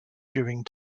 during